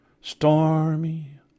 Stormy